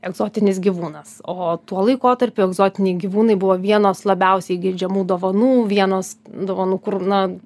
egzotinis gyvūnas o tuo laikotarpiu egzotiniai gyvūnai buvo vienos labiausiai geidžiamų dovanų vienos dovanų kur na